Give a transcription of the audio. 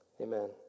amen